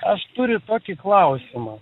aš turiu tokį klausimą